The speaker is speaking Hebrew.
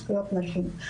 זכויות נשים.